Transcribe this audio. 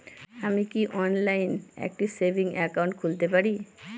আমি কি অনলাইন একটি সেভিংস একাউন্ট খুলতে পারি?